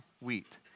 wheat